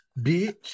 bitch